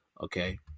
okay